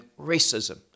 racism